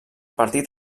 partit